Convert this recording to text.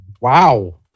Wow